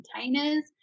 containers